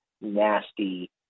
nasty